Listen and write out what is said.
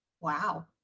wow